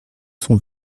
son